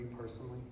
personally